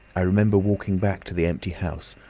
i remember walking back to the empty house,